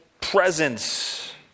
presence